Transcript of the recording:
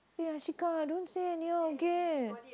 ya don't say anyhow okay